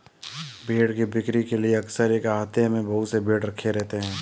भेंड़ की बिक्री के लिए अक्सर एक आहते में बहुत से भेंड़ रखे रहते हैं